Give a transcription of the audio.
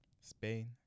spain